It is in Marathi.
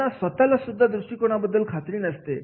त्यांना स्वतःला सुद्धा दृष्टिकोनात बद्दल खात्री नसते